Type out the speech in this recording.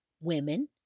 Women